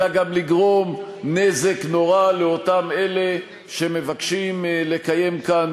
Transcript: אלא גם לגרום נזק נורא לאותם אלה שמבקשים לקיים כאן